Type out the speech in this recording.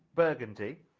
burgundy